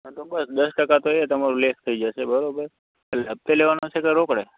હા તો બસ દસ ટકા તો એ તમારું લેસ થઈ જશે બરોબર હપ્તે લેવાનો છે કે રોકડે